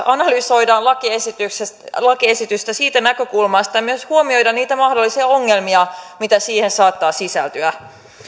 analysoidaan lakiesitystä lakiesitystä siitä näkökulmasta että myös huomioidaan niitä mahdollisia ongelmia mitä siihen saattaa sisältyä